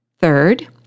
Third